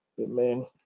amen